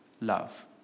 love